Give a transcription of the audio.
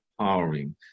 empowering